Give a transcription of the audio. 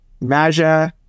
Maja